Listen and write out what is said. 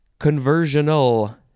Conversional